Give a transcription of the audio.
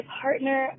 partner